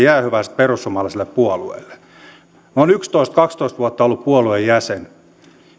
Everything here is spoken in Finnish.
jäähyväiset perussuomalaiselle puolueelle olen yksitoista viiva kaksitoista vuotta ollut puolueen jäsen